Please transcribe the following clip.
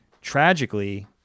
tragically